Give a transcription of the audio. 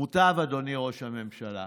מוטב, אדוני ראש הממשלה,